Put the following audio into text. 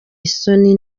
isoni